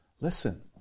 listen